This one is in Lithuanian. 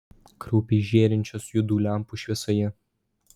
kraupiai žėrinčios juodų lempų šviesoje